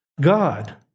God